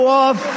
off